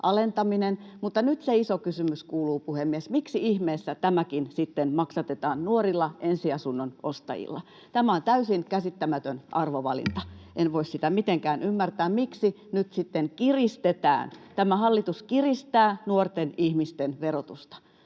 Mutta nyt se iso kysymys kuuluu, puhemies, miksi ihmeessä tämäkin sitten maksatetaan nuorilla, ensiasunnon ostajilla. Tämä on täysin käsittämätön arvovalinta. En voi sitä mitenkään ymmärtää, miksi nyt sitten kiristetään, tämä hallitus kiristää, nuorten ihmisten verotusta.